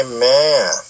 Amen